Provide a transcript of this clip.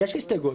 יש הסתייגות.